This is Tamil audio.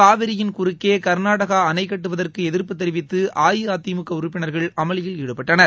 காவிரியின் குறுக்கே கர்நாடகா அணை கட்டுவதற்கு எதிர்ப்பு தெரிவித்து அஇஅதிமுக உறுப்பினர்கள் அமளியில் ஈடுபட்டனர்